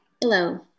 Hello